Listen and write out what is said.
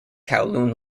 kowloon